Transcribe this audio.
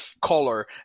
color